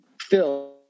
Phil